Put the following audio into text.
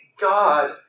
God